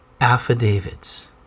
affidavits